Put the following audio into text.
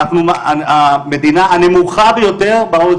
אנחנו המדינה הנמוכה ביותר ב-??.